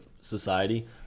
society